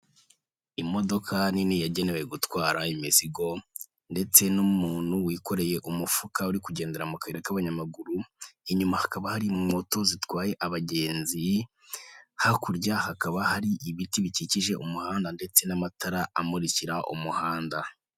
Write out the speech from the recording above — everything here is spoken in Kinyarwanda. Imodoka nini yagenewe gutwara imizigo ndetse n'umuntu wikoreye umufuka uri kugendera mu kayira k'abanyamaguru, inyuma hakaba hari moto zitwaye abagenzi hakurya hakaba hari ibiti bikikije umuhanda ndetse n'amatara amurikira umuhanda.